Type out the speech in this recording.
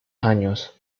años